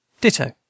Ditto